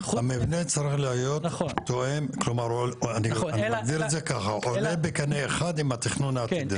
המבנה צריך להיות עולה בקנה אחד עם התכנון העתידי.